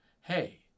hey